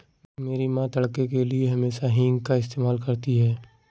मेरी मां तड़के के लिए हमेशा हींग का इस्तेमाल करती हैं